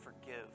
forgive